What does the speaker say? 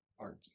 argue